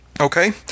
okay